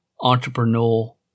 entrepreneurial